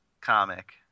comic